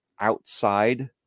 outside